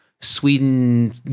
Sweden